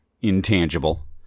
intangible